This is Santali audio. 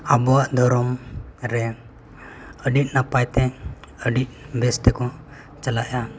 ᱟᱵᱚᱣᱟᱜ ᱫᱷᱚᱨᱚᱢ ᱨᱮ ᱟᱹᱰᱤ ᱱᱟᱯᱟᱛᱮ ᱟᱹᱰᱤ ᱵᱮᱥᱛᱮ ᱛᱮᱠᱚ ᱪᱟᱞᱟᱣᱮᱫᱼᱟ